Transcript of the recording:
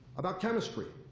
about chemistry.